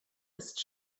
ist